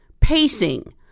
Pacing